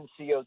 CO2